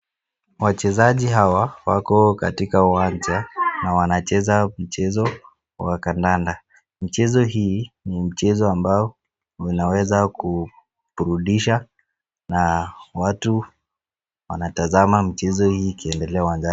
Wachezaji hawa wako katika uwanja na wanacheza mchezo wa kandanda .Mchezo hii ni mchezo ambao unaweza kuburudisha na watu wanatazama mchezo hii ikiendelea uwanjani.